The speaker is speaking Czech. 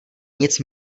nic